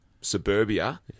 suburbia